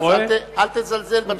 אז אל תזלזל בתפילות.